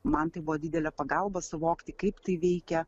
man tai buvo didelė pagalba suvokti kaip tai veikia